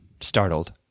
startled